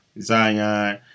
Zion